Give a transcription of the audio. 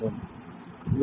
Refer Time 1442